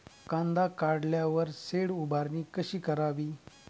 कांदा काढल्यावर शेड उभारणी कशी करावी?